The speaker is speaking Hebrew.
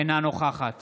אינה נוכחת